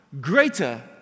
greater